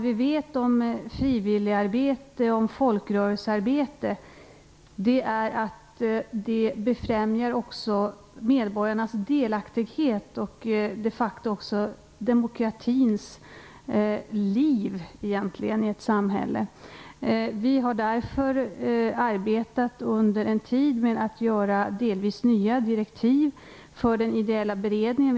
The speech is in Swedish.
Vi vet att frivilligarbete och folkrörelseverksamhet också befrämjar medborgarnas delaktighet och demokratins liv i ett samhälle. Vi har därför under en tid arbetat med att utforma delvis nya direktiv för den ideella beredningen.